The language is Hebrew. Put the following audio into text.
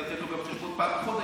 לתת לו חשבון גם פעם בחודש,